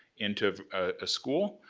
into a school.